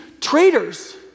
traitors